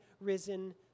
risen